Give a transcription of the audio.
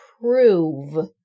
prove